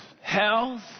Health